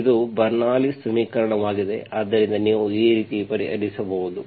ಇದು ಬರ್ನೌಲ್ಲಿಸ್bernoullis ಸಮೀಕರಣವಾಗಿದೆ ಆದ್ದರಿಂದ ನೀವು ಈ ರೀತಿ ಪರಿಹರಿಸಬಹುದು